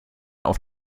auf